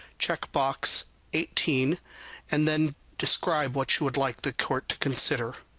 check box eighteen and then describe what you would like the court to consider.